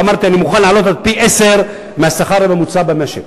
ואמרתי שאני מוכן להעלות עד פי-עשרה מהשכר הממוצע במשק.